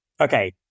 okay